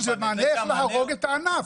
זה מענה שהורג את הענף.